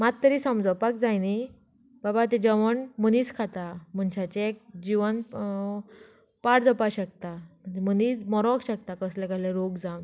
मात तरी समजोपाक जाय न्ही बाबा ते जेवण मनीस खाता मनशाचे एक जिवन पाड जावपाक शकता मनीस मरोक शकता कसले कसले रोग जावंन